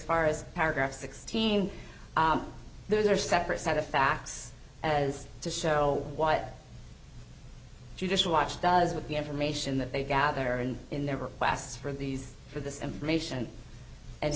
far as paragraph sixteen there's a separate set of facts as to show what judicial watch does with the information that they gather and in never lasts for these for this information and